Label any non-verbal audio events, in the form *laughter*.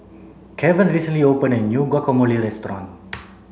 Kevan recently opened a new Guacamole restaurant *noise*